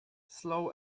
slow